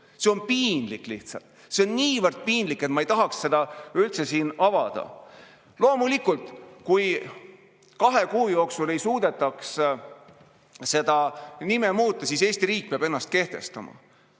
See on piinlik lihtsalt. See on niivõrd piinlik, et ma ei tahaks seda üldse siin avada. Loomulikult, kui kahe kuu jooksul ei suudetaks seda nime muuta, siis Eesti riik peab ennast kehtestama.